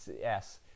yes